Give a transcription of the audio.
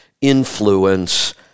influence